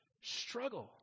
struggle